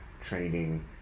training